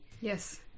Yes